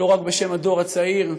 לא רק בשם הדור הצעיר,